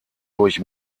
durch